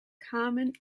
carmen